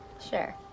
Sure